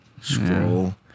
scroll